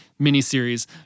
miniseries